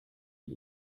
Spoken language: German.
die